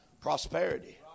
prosperity